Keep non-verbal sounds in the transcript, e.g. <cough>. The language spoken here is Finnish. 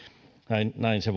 näin näin se <unintelligible>